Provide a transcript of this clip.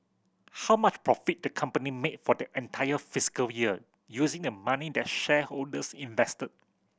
how much profit the company made for the entire fiscal year using the money that shareholders invested